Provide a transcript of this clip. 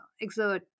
exert